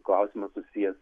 klausimas susijęs